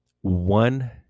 one